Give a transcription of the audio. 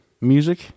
music